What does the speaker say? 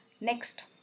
next